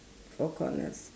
four colours